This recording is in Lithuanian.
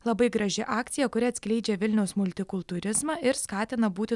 labai graži akcija kuri atskleidžia vilniaus multikultūrizmą ir skatina būti